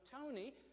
Tony